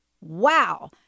wow